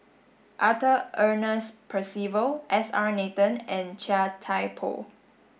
Arthur Ernest Percival S R Nathan and Chia Thye Poh